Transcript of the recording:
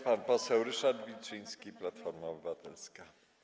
Pan poseł Ryszard Wilczyński, Platforma Obywatelska.